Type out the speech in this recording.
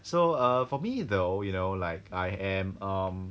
so err for me though you know like I am uh